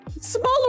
smaller